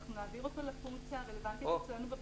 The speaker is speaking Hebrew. נעביר אותו לפונקציה הרלוונטית אצלנו בבנק,